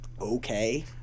okay